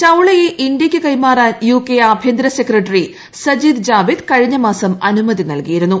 ചൌളയെ ഇന്ത്യയ്ക്ക് ക്കൈമീറ്റാൻ യുകെ ആഭ്യന്തര സെക്രട്ടറി സജീദ് ജാവിദ് കഴിഞ്ഞമാ്സ്ക് അനുമതി നൽകിയിരുന്നു